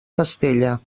castella